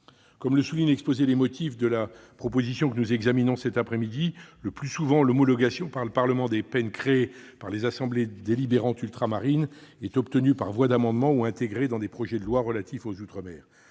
Comme le souligne l'exposé des motifs de la proposition de loi que nous examinons cette après-midi, « le plus souvent, l'homologation par le Parlement des peines créées par les assemblées délibérantes ultramarines est obtenue par voie d'amendement ou intégrée dans des projets de loi relatifs aux outre-mer.